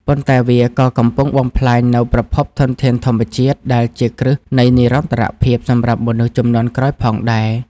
ប៉ុន្តែវាក៏កំពុងបំផ្លាញនូវប្រភពធនធានធម្មជាតិដែលជាគ្រឹះនៃនិរន្តរភាពសម្រាប់មនុស្សជំនាន់ក្រោយផងដែរ។